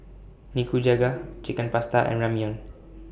Nikujaga Chicken Pasta and Ramyeon